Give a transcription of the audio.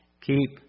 keep